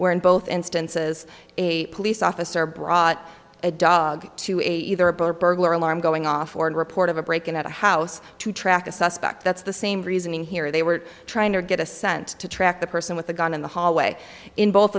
where in both instances a police officer brought a dog to either a burglar alarm going off or a report of a break in at a house to track a suspect that's the same reasoning here they were trying to get a sent to track the person with a gun in the hallway in both